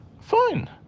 Fine